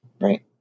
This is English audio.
Right